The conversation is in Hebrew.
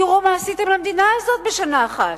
תראו מה עשיתם למדינה הזאת בשנה אחת.